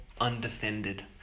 undefended